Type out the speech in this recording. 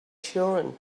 children